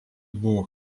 buvo